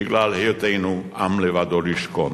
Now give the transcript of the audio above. בגלל היותנו עם לבדו ישכון.